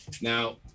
Now